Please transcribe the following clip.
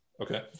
Okay